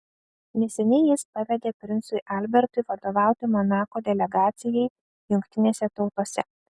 neseniai jis pavedė princui albertui vadovauti monako delegacijai jungtinėse tautose